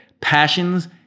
passions